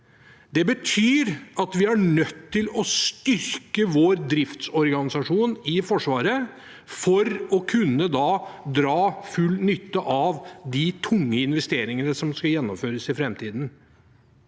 Det betyr at vi er nødt til å styrke vår driftsorganisasjon i Forsvaret for å kunne dra full nytte av de tunge investeringene som skal gjennomføres i framtiden.